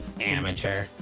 Amateur